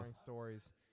stories